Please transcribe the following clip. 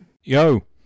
Yo